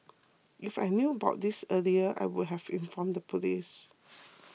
if I knew about this earlier I would have informed the police